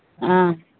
ऑंय